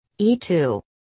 E2